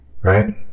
Right